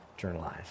journalized